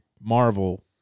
Marvel